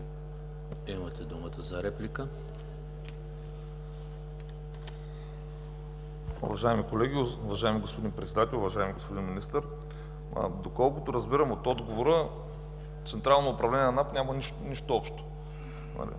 имате думата за реплика.